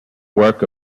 work